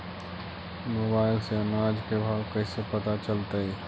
Mobile से अनाज के भाव कैसे पता चलतै?